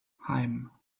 heim